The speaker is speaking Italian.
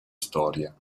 storia